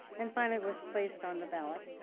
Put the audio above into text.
and finally it was placed on the ballot.